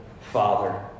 father